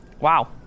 Wow